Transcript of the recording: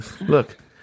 look